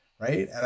Right